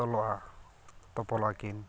ᱛᱚᱞᱚᱜᱼᱟ ᱛᱚᱯᱚᱞᱚᱜᱼᱟ ᱠᱤᱱ